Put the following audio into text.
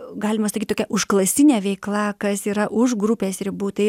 galima sakyt tokia užklasinė veikla kas yra už grupės ribų tai